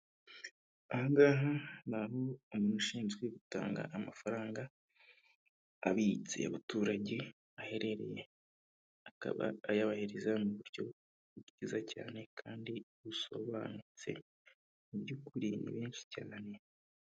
Ahangaha ni umuntu ushinzwe gutanga amafaranga abitse abaturage aherereye akaba ayabaheriza mu buryo bwiza cyane kandi busobanutse mu by'ukuri ni benshi cyane.